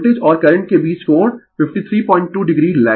तो यह 060 और P VI cos θ है